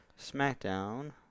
SmackDown